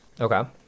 Okay